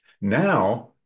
Now